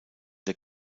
der